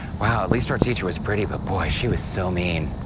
wow, at least our teacher was pretty but boy, she was so mean.